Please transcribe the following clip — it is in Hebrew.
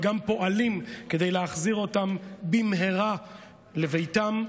וגם פועלים כדי להחזיר אותם במהרה לביתם.